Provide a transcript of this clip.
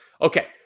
Okay